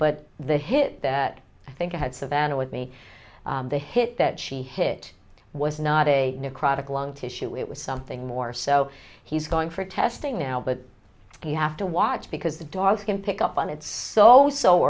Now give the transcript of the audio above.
but the hit that i think i had savannah with me the hit that she hit was not a new chronic lung tissue it was something more so he's going for testing now but you have to watch because the dogs can pick up on it's so so